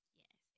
yes